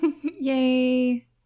Yay